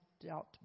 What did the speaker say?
dealt